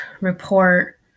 report